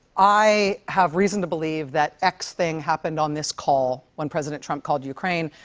i have reason to believe that x thing happened on this call, when president trump called ukraine.